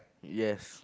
yes